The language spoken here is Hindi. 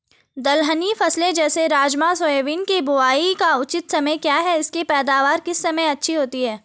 दलहनी फसलें जैसे राजमा सोयाबीन के बुआई का उचित समय क्या है इसकी पैदावार किस समय अच्छी होती है?